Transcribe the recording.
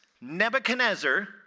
Nebuchadnezzar